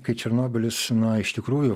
kai černobylis na iš tikrųjų